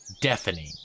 deafening